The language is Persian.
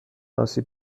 آسیب